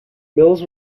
mills